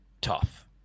tough